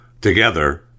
together